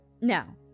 Now